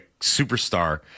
superstar